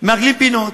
מעגלים פינות.